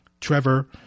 Trevor